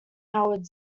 howard